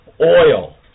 Oil